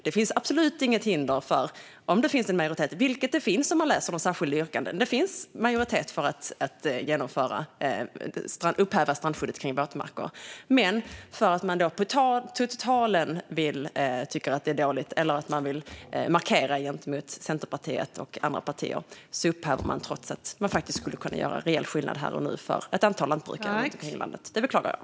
Det finns absolut inget hinder om det finns en majoritet, vilket man ser att det finns om man läser de särskilda yttrandena, för att upphäva strandskyddet kring våtmarker. Men för att man på totalen tycker att det är dåligt, eller för att man vill markera gentemot Centerpartiet och andra partier, upphäver man detta trots att man faktiskt skulle kunna göra en reell skillnad här och nu för ett antal lantbrukare i landet. Det beklagar jag.